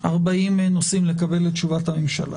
40 נושאים שבהם עלינו לקבל את תשובת הממשלה.